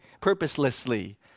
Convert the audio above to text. purposelessly